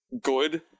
Good